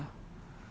rahman sia